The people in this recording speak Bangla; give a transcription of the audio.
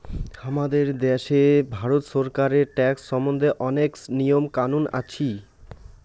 হামাদের দ্যাশে ভারত ছরকারের ট্যাক্স সম্বন্ধে অনেক নিয়ম কানুন আছি